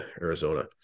Arizona